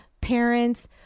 parents